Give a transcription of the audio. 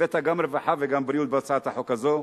הבאת גם רווחה וגם בריאות בהצעת החוק הזו,